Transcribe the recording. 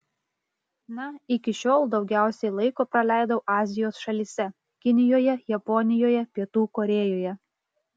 na iki šiol daugiausiai laiko praleidau azijos šalyse kinijoje japonijoje pietų korėjoje